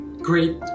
Great